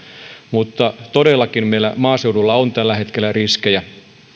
mutta todellakin meillä maaseudulla on tällä hetkellä riskejä